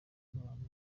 n’abantu